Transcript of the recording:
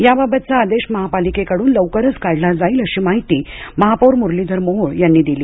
याबाबतच आदेश महापालिकेकडून लवकरच काढला जाईल अशी माहिती महापौर मुरलीधर मोहोळ यांनी दिली